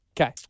Okay